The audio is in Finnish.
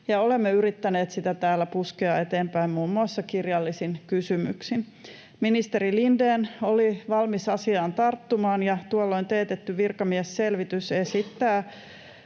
olemme yrittäneet sitä täällä puskea eteenpäin muun muassa kirjallisin kysymyksin. Ministeri Lindén oli valmis asiaan tarttumaan, ja tuolloin teetetty virkamiesselvitys esittää